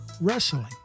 wrestling